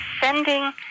sending